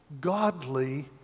Godly